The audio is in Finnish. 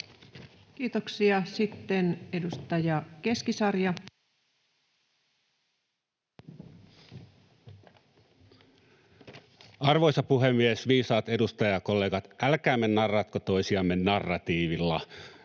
2024 Time: 19:53 Content: Arvoisa puhemies! Viisaat edustajakollegat, älkäämme narratko toisiamme narratiivilla,